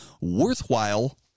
worthwhile